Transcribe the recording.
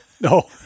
No